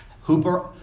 Hooper